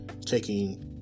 taking